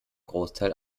großteil